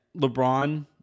LeBron